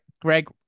Greg